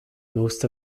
most